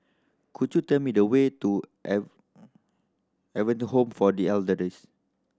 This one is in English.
could you tell me the way to Adventist Home for The Elders